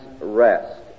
rest